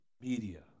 media